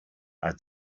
are